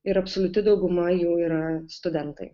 ir absoliuti dauguma jų yra studentai